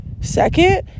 Second